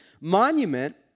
monument